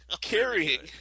carrying